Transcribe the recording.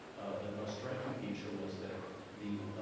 ah the most striking feature was that the